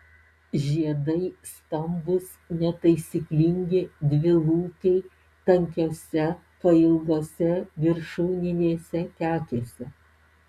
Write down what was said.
žiedai stambūs netaisyklingi dvilūpiai tankiose pailgose viršūninėse kekėse